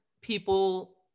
people